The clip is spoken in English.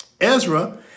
Ezra